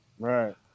Right